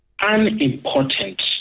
unimportant